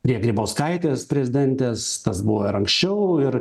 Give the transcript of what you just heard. prie grybauskaitės prezidentės tas buvo ir anksčiau ir